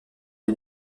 des